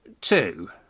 Two